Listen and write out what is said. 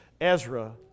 Ezra